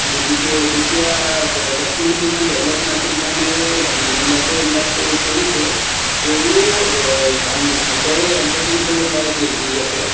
গতিকে তেতিয়া টেকন'লজি ইমান ডেভলপ নাছিল কাৰণে মানুহবিলাকে এইবিলাক কৰি কৰিছে কৰিও ভালদৰে এণ্টাৰ্টেণ্ট কৰিব পাৰিছিল নিজকে